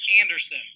Anderson